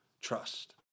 Trust